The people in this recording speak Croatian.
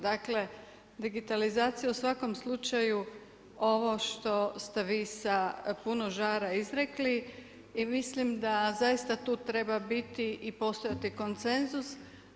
Dakle digitalizacija u svakom slučaju ovo što ste vi sa puno žara izrekli i mislim da zaista tu treba biti i postojati konsenzus.